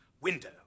window